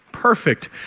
perfect